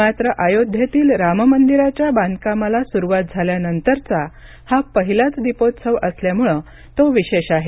मात्र अयोध्येतील राममंदिराच्या बांधकामाला सुरुवात झाल्यानंतरचा हा पहिलाच दीपोत्सव असल्यामुळे तो विशेष आहे